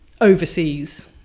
overseas